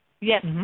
Yes